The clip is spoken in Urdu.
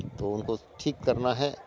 تو ان کو ٹھیک کرنا ہے